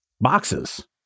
boxes